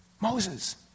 Moses